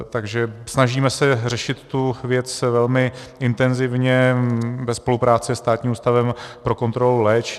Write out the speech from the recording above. Takže snažíme se řešit tu věc velmi intenzivně ve spolupráci se Státním ústavem pro kontrolu léčiv.